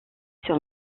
sur